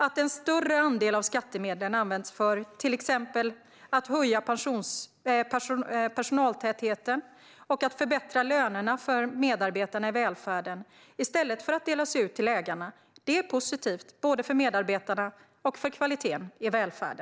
Att en större andel av skattemedlen används till att exempelvis höja personaltätheten och att förbättra lönerna för medarbetarna i välfärden i stället för att delas ut till ägarna är positivt både för medarbetarna och för kvaliteten i välfärden.